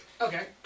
Okay